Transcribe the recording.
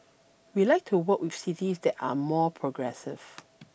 we like to work with cities that are more progressive